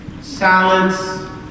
salads